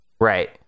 Right